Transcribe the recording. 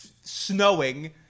snowing